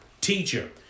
teacher